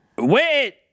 Wait